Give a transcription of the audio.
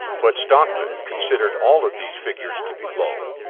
but stockmen considered all of these figures to be low.